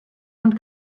und